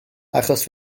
achos